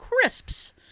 crisps